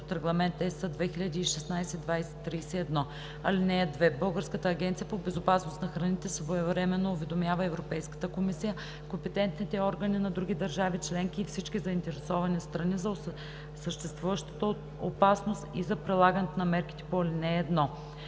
от Регламент (ЕС) 2016/2031. (2) Българската агенция по безопасност на храните своевременно уведомява Европейската комисия, компетентните органи на другите държави членки и всички заинтересовани страни за съществуващата опасност и за прилагането на мерките по ал. 1.